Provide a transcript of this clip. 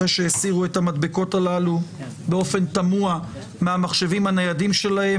אחרי שהסירו את המדבקות הללו באופן תמוה מהמחשבים הניידים שלהם.